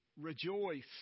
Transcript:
Rejoice